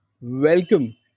Welcome